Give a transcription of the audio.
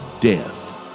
death